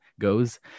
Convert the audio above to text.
goes